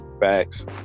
facts